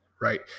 right